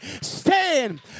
stand